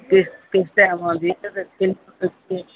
ਕਿਸ ਕਿਸ ਟਾਈਮ ਆਉਂਦੀ ਆ